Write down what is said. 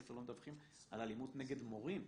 הספר לא מדווחים על אלימות נגד מורים.